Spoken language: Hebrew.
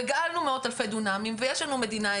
גאלנו מאוד אלפי דונמים ויש לנו מדינה,